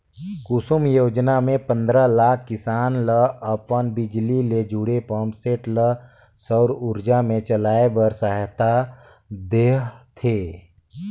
कुसुम योजना मे पंदरा लाख किसान ल अपन बिजली ले जुड़े पंप सेट ल सउर उरजा मे चलाए बर सहायता देह थे